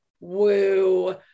woo